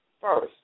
first